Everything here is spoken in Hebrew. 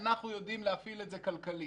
אנחנו יודעים להפעיל את זה כלכלית.